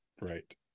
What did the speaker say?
right